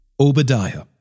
Obadiah